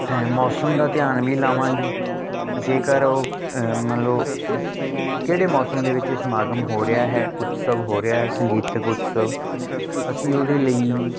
ਮੌਸਮ ਦਾ ਧਿਆਨ ਵੀ ਲਵਾਂਗੇ ਜੇਕਰ ਉਹ ਮੰਨ ਲਓ ਕਿਹੜੇ ਮੌਸਮ ਦੇ ਵਿੱਚ ਸਮਾਗਮ ਹੋ ਰਿਹਾ ਹੈ ਉਤਸਵ ਹੋ ਰਿਹਾ ਹੈ ਸੰਗੀਤਕ ਉਤਸਵ ਅਸੀਂ ਉਹਦੇ ਲਈ